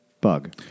bug